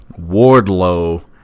Wardlow